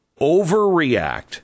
overreact